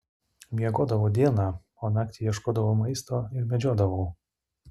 miegodavau dieną o naktį ieškodavau maisto ir medžiodavau